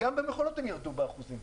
גם במכולות הם ירדו באחוזים.